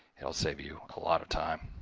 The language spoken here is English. it will save you a lot of time.